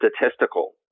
statistical